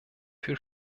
für